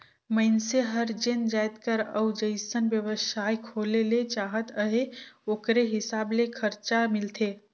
मइनसे हर जेन जाएत कर अउ जइसन बेवसाय खोले ले चाहत अहे ओकरे हिसाब ले खरचा मिलथे